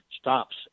stops